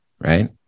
right